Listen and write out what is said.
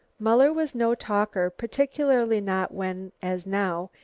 muller was no talker, particularly not when, as now,